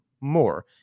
more